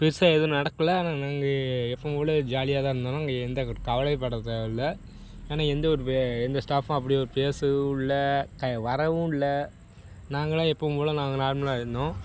பெருசாக எதுவும் நடக்கலை ஆனால் நாங்கள் எப்பவும் போல் ஜாலியாக தான் இருந்தோம் நாங்கள் எந்த ஒரு கவலைப்பட தேவையில்லை ஏன்னால் எந்தவொரு எந்த ஸ்டாஃப்பும் அப்படி பெ பேசவும் விட்ல க வரவும் இல்லை நாங்களாக எப்பவும் போல் நாங்கள் நார்மலாக இருந்தோம்